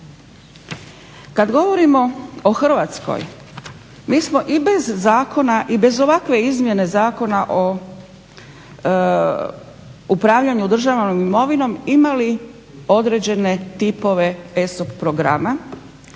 Kada govorimo o Hrvatskoj mi smo i bez zakona i bez ovakve izmjene Zakona o upravljanju državnom imovinom imali određene tipove ESOP programa.